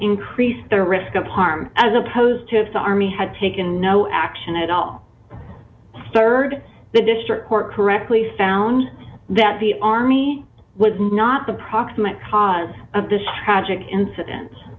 increase their risk of harm as opposed to if the army had taken no action at all rd the district court correctly found that the army was not the proximate cause of this tragic incident